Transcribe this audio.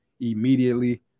immediately